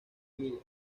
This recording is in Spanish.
miller